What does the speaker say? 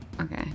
Okay